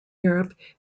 europe